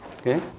Okay